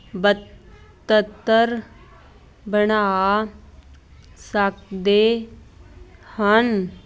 ਬਦਤਰ ਬਣਾ ਸਕਦੇ ਹਨ